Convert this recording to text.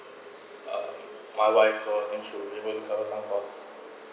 uh my wife so I think she will be able to cover some cost